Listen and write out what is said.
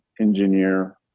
engineer